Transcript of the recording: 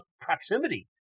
proximity